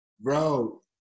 bro